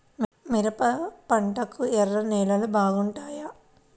మిరప పంటకు ఎర్ర నేలలు బాగుంటాయా?